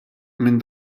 minn